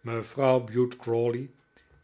mevrouw bute crawley